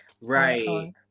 right